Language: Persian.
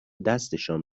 دستشان